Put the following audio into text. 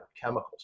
chemicals